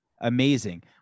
amazing